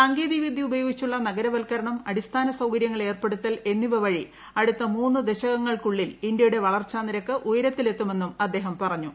സാങ്കേതികവിദ്യ ഉപയോഗിച്ചുള്ള നഗരവൽക്കരണം അടിസ്ഥാന സൌകര്യങ്ങൾ ഏർപ്പെടുത്തൽ എന്നിവ വഴി അടുത്ത മൂന്നു ദശകങ്ങൾക്കുള്ളിൽ നിരക്ക് വളർച്ചാ ഉയരത്തിലെത്തുമെന്നും അദ്ദേഹം പറഞ്ഞു